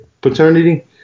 paternity